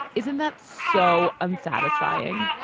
isn't that so unsatisfying?